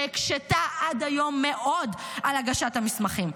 שהקשתה עד היום מאוד על הגשת המסמכים.